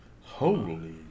Holy